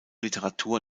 literatur